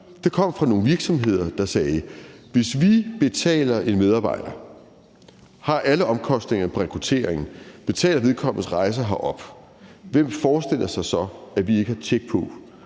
Det kom fra nogle virksomheder, som sagde: Hvis vi betaler en medarbejder og har alle omkostninger for rekrutteringen og betaler vedkommendes rejse herop, hvem forestiller sig så, at vi ikke har tjek på,